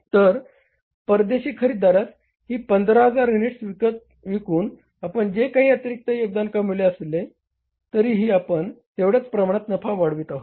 तर परदेशी खरेदीदारास ही 15000 युनिट्स विकून आपण जे काही अतिरिक्त योगदान कमविले असले तरीही आपण तेवढ्याच प्रमाणात नफा वाढवित आहोत